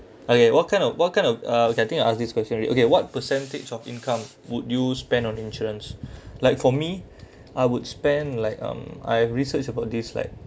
okay what kind of what kind of uh I think I'll ask this question read okay what percentage of income would you spend on insurance like for me I would spend like um I research about this like